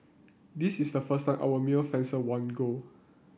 this is the first time our male fencer won gold